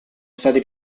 stati